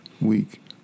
week